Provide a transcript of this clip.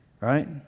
right